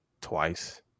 Twice